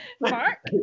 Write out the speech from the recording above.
Mark